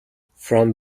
from